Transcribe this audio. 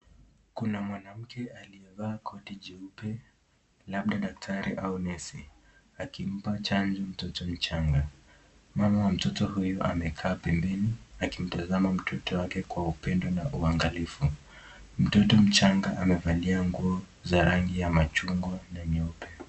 Kuna mwanamke aliyevaa koti jeupe labda kadaktari au nesi akimpa chanjo mtoto mchanga. Mama wa mtoto huyu amekaa pembeni akimtazama mtoto wake kwa upendo na uwangalifu. Mtoto mchanga amevalia nguo za rangi ya machungwa na nyeupe.